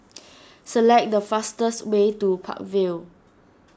select the fastest way to Park Vale